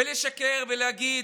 ולשקר ולהגיד: